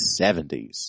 70s